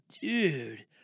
Dude